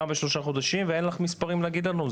פעם בשלושה חודשים ואין לך מספרים להגיד לנו,